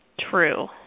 True